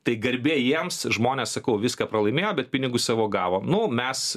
tai garbė jiems žmonės sakau viską pralaimėjo bet pinigus savo gavo nu mes